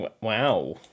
Wow